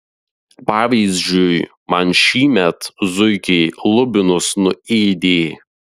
pavyzdžiui man šįmet zuikiai lubinus nuėdė